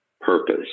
purpose